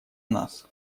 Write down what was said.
нас